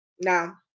Now